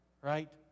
right